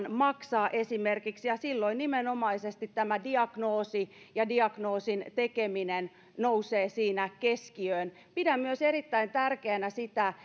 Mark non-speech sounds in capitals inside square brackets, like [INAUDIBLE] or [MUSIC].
aletaan maksaa ja silloin nimenomaisesti tämä diagnoosi ja diagnoosin tekeminen nousevat siinä keskiöön pidän myös erittäin tärkeänä sitä [UNINTELLIGIBLE]